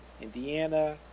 Indiana